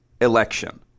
election